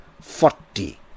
forty